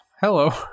Hello